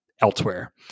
elsewhere